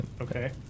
Okay